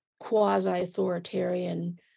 quasi-authoritarian